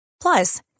Plus